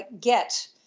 get